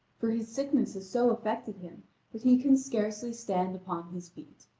for his sickness has so affected him that he can scarcely stand upon his feet.